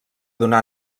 donà